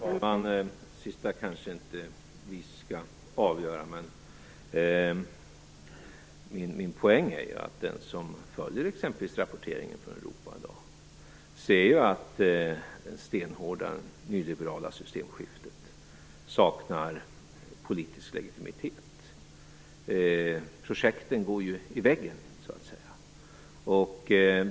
Fru talman! Det sista skall kanske inte vi avgöra. Min poäng är att den som följer rapporteringen från Europa i dag ser ju att det stenhårda nyliberala systemskiftet saknar politisk legitimitet. Projekten går ju in i väggen så att säga.